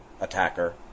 attacker